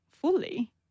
fully